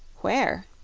where?